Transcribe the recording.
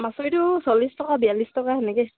মাচুৰিটো চল্লিছ টকা বিয়াল্লিছ টকা সেনেকে